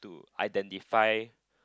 identify